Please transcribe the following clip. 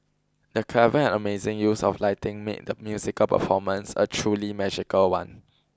the clever and amazing use of lighting made the musical performance a truly magical one